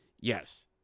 Yes